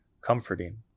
comforting